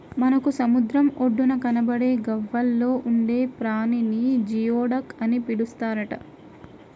మనకు సముద్రం ఒడ్డున కనబడే గవ్వల్లో ఉండే ప్రాణిని జియోడక్ అని పిలుస్తారట